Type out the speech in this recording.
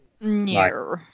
No